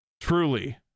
truly